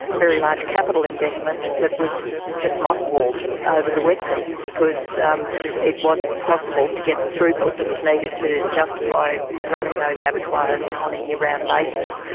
very large capital investment that was just mothballed ah over the wet season, because um it wasn't possible to get the throughput that was needed to justify running those abattoirs on a year-round basis.